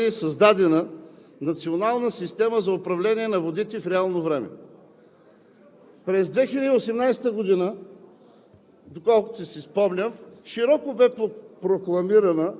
По Оперативна програма ОПОС трябваше да бъде създадена национална система за управление на водите в реално време. През 2018 г.,